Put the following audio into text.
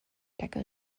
deco